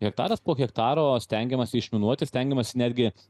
hektaras po hektaro stengiamasi išminuot ir stengiamas netgi